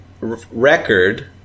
record